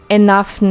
enough